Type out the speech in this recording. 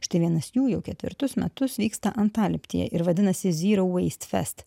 štai vienas jų jau ketvirtus metus vyksta antalieptėje ir vadinasi zero waste fest